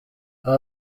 aba